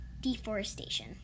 deforestation